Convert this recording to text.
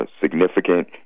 significant